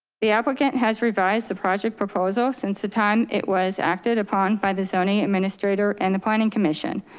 the applicant has revised the project proposal since the time it was acted upon by the zoning administrator and the planning commission.